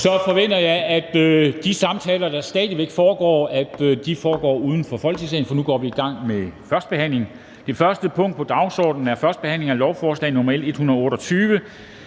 Jeg forventer, at de samtaler, der stadig væk foregår, fortsætter uden for Folketingssalen, for nu går vi i gang med førstebehandlingen. --- Det næste punkt på dagsordenen er: 11) 1. behandling af lovforslag nr. L 128: